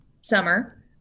summer